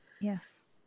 yes